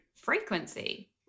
frequency